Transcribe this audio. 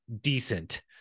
decent